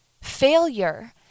Failure